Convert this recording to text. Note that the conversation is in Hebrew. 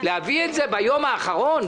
להביא את זה ביום האחרון,